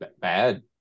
bad